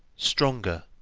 stronger,